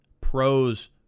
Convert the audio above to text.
pros